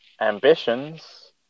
ambitions